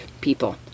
people